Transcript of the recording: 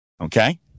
Okay